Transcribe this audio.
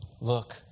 Look